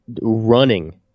running